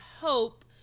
hope